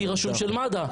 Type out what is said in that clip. כי רשום של מד"א,